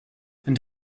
and